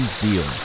deal